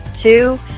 two